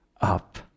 up